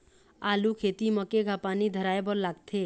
आलू खेती म केघा पानी धराए बर लागथे?